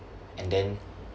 and then